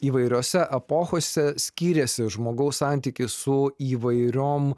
įvairiose epochose skyrėsi žmogaus santykis su įvairiom